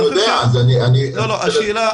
אני אמקד,